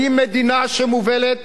האם מדינה שמובלת